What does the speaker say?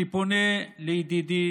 אני פונה לידידי